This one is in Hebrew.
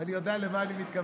אני יודע למה אני מתכוון,